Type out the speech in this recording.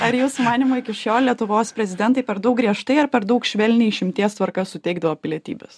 ar jūsų manymu iki šiol lietuvos prezidentai per daug griežtai ar per daug švelniai išimties tvarka suteikdavo pilietybės